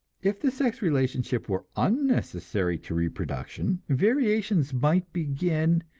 if the sex relationship were unnecessary to reproduction, variations might begin,